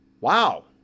Wow